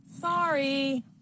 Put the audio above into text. Sorry